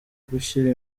gushyira